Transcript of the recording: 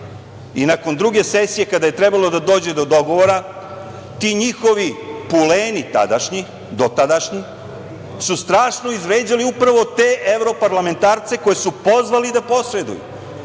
i nakon druge sesije, kada je trebalo da dođe do dogovora, ti njihovi puleni tadašnji, dotadašnji, su strašno izvređali upravo te evroparlamentarce koje su pozvali da posreduju.